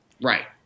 Right